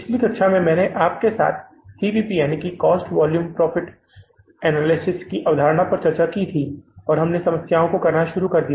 पिछली कक्षा में मैंने आपके साथ CVPकॉस्ट वॉल्यूम प्रॉफिट विश्लेषण की अवधारणा पर चर्चा की और हमने समस्याओं को करना शुरू कर दिया